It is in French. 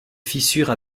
fissure